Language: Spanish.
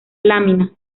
lámina